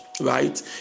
right